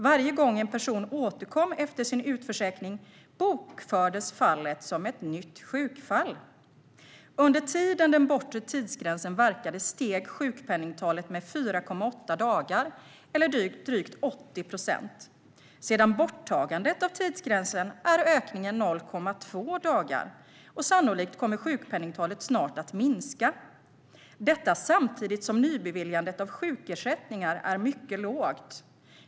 Varje gång en person återkom efter utförsäkring bokfördes fallet som ett nytt sjukfall. Under tiden den bortre tidsgränsen verkade steg sjukpenningtalet med 4,8 dagar eller drygt 80 procent. Sedan borttagandet av tidsgränsen är ökningen 0,2 dagar, och sannolikt kommer sjukpenningtalet snart att minska - detta samtidigt som nybeviljandet av sjukersättningar är mycket lågt.